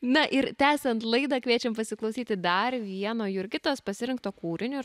na ir tęsiant laidą kviečiam pasiklausyti dar vieno jurgitos pasirinkto kūrinio ir